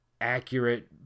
accurate